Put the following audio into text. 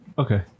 Okay